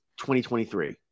2023